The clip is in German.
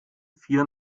vier